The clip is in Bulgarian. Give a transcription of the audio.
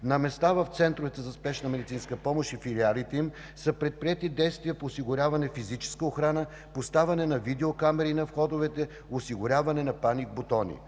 На места в центровете за спешна медицинска помощ и филиалите им са предприети действия по осигуряване физическа охрана, поставяне на видеокамери на входовете, осигуряване на паник бутони.